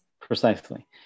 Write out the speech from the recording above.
Precisely